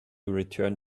return